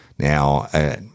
Now